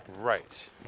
right